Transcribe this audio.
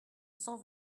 cent